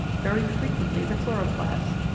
very frequently the chloroplasts,